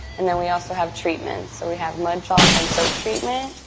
and then we also have treatments. so we have mud, salt, and soap treatment.